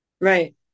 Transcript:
right